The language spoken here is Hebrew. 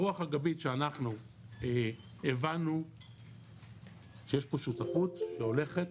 הרוח הגבית שאנחנו הבנו שיש פה שותפות שהולכת,